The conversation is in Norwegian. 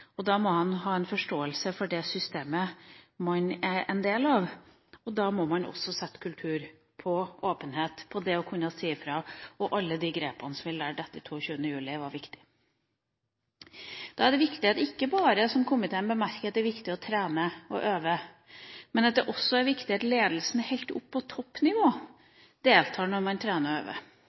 og da må man ha en forståelse for det systemet man er en del av. Da må man også sette kultur for åpenhet, for det å kunne si fra, og alle de grepene som vi etter 22. juli lærte var viktige. Da er det viktig, som komiteen bemerker, at det ikke bare er viktig å trene og øve, men også at ledelsen helt opp på toppnivå deltar når man trener